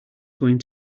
going